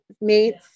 mates